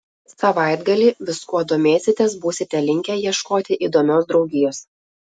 savaitgalį viskuo domėsitės būsite linkę ieškoti įdomios draugijos